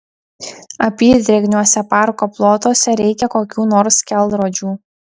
apydrėgniuose parko plotuose reikia kokių nors kelrodžių